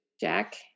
Jack